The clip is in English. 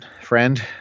friend